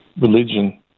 religion